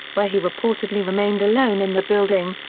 where he reportedly remained alone in the building,